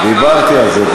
דיברתי על זה.